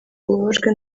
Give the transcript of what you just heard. ubabajwe